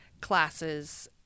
classes